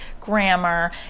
grammar